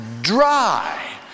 dry